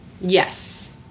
Yes